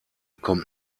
kommt